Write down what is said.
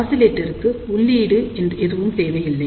ஆனால் ஆசிலேட்டருக்கு உள்ளீடு எதுவும் தேவையில்லை